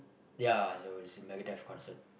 ya so this is Megadeath concert